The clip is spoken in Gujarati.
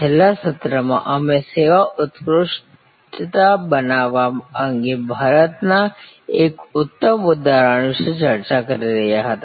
છેલ્લા સત્રમાં અમે સેવા ઉત્કૃષ્ટતા બનાવવા અંગે ભારતના એક ઉત્તમ ઉદાહરણ વિશે ચર્ચા કરી રહ્યા હતા